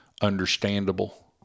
understandable